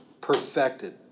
perfected